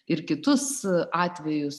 ir kitus atvejus